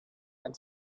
and